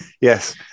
Yes